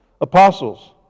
apostles